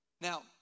Now